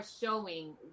showing